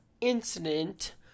incident